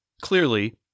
clearly